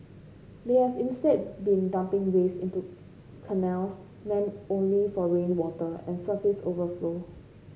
they have instead been dumping waste into canals meant only for rainwater and surface overflow